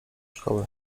szkoły